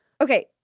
Okay